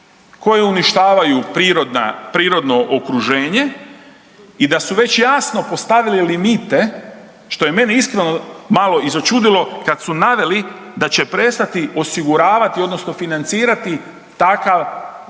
koje uništavaju prirodno okruženje i da su već jasno postavili limite, što je mene iskreno i začudilo, kad su naveli da će prestati osiguravati, odnosno financirati takav,